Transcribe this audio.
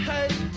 Hey